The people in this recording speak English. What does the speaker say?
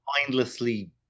mindlessly